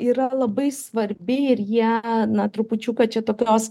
yra labai svarbi ir jie na trupučiuką čia tokios